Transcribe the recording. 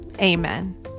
amen